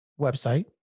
website